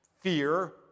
fear